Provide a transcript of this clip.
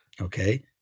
Okay